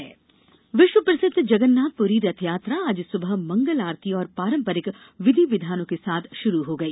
रथयात्रा विश्व प्रसिद्ध जगन्नाथ पुरी रथयात्रा आज सुबह मंगल आरती और पारम्परिक विधि विधानों के साथ शुरू हो गई